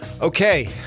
Okay